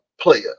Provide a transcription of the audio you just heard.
player